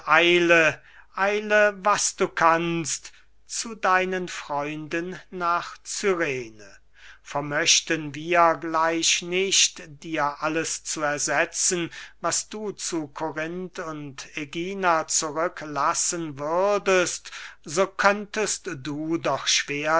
eile eile was du kannst zu deinen freunden nach cyrene vermöchten wir gleich nicht dir alles zu ersetzen was du zu korinth und ägina zurücklassen würdest so könntest du doch